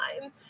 time